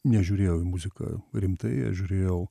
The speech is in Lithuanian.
nežiūrėjau į muziką rimtai aš žiūrėjau